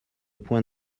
point